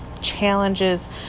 challenges